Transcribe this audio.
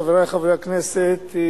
חברי חברי הכנסת,